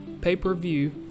pay-per-view